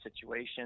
situation